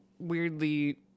weirdly